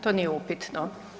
To nije upitno.